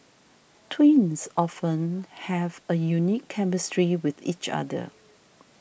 twins often have a unique chemistry with each other